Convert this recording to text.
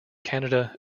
canada